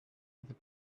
with